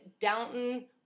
Downton